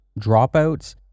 dropouts